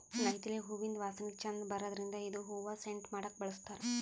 ನೈದಿಲೆ ಹೂವಿಂದ್ ವಾಸನಿ ಛಂದ್ ಬರದ್ರಿನ್ದ್ ಇದು ಹೂವಾ ಸೆಂಟ್ ಮಾಡಕ್ಕ್ ಬಳಸ್ತಾರ್